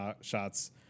shots